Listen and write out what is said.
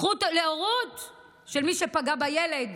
זכות להורות של מי שפגע בילד,